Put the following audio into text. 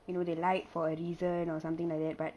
you know they lied for a reason or something like that but